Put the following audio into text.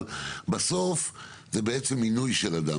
אבל בסוף זה בעצם מינוי של אדם.